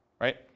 right